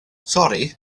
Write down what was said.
sori